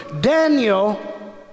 Daniel